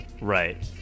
Right